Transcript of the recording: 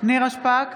נירה שפק,